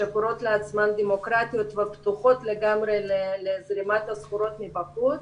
שקורות לעצמן דמוקרטיות ופתוחות לגמרי לזרימת הסחורות מבחוץ.